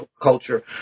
culture